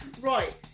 Right